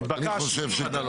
נתבקשתי.